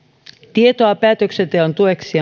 tietoa päätöksenteon tueksi